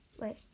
Wait